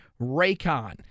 Raycon